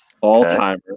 all-timer